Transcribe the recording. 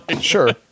sure